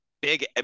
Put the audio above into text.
big